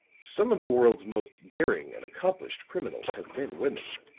some of the world's most daring and accomplished criminals have been women,